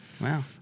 Wow